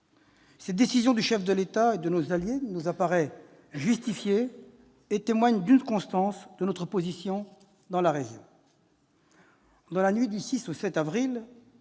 La décision du chef de l'État et de nos alliés nous apparaît justifiée. Elle témoigne d'une constance de notre position dans la région. Dans la nuit du 6 au 7 avril,